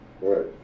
Right